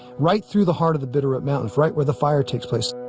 right through the heart of the bitterroot mountains right where the fire takes place.